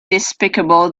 despicable